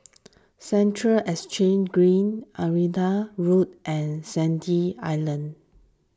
Central Exchange Green Irrawaddy Road and Sandy Island